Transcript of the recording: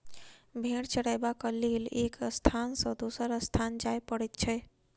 भेंड़ चरयबाक लेल एक स्थान सॅ दोसर स्थान जाय पड़ैत छै